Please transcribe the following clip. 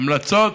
ההמלצות,